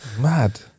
Mad